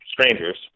strangers